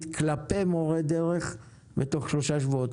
כלפי מורי דרך אני מבקש בתוך שלושה שבועות,